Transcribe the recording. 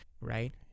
right